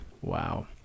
Wow